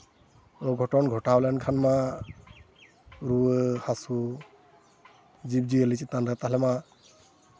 ᱜᱷᱚᱴᱚᱱ ᱜᱷᱚᱴᱟᱣ ᱞᱮᱱᱠᱷᱟᱱ ᱢᱟ ᱨᱩᱣᱟᱹ ᱦᱟᱹᱥᱩ ᱡᱤᱵᱽᱼᱡᱤᱭᱟᱹᱞᱤ ᱪᱮᱛᱟᱱ ᱨᱮ ᱛᱟᱦᱚᱞᱮ ᱢᱟ